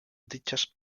dichas